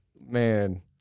Man